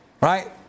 right